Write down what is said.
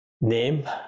name